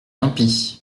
impie